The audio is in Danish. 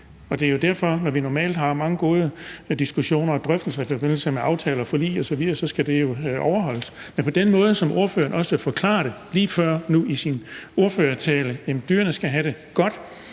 det er jo derfor, at når vi normalt har mange gode diskussioner og drøftelser i forbindelse med aftaler, forlig osv., så skal den lovgivning overholdes. Men den måde, som ordføreren også forklarede det på lige før i sin ordførertale, altså at dyrene skal have det godt